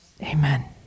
amen